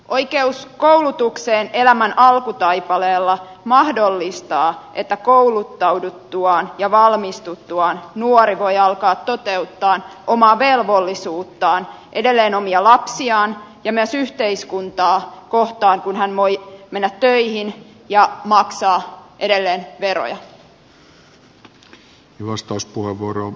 oikeus koulutukseen elämän alkutaipaleella mahdollistaa että kouluttauduttuaan ja valmistuttuaan nuori voi alkaa toteuttaa omaa velvollisuuttaan omia lapsiaan ja myös yhteiskuntaa kohtaan kun hän voi mennä töihin ja maksaa veroja